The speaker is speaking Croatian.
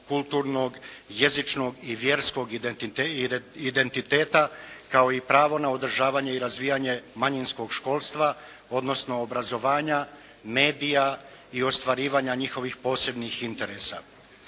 kulturnog, jezičnog i vjerskog identiteta kao i pravo na održavanje i razvijanje manjinskog školstva, odnosno obrazovanja, medija i ostvarivanja njihovih posebnih interesa.